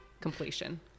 completion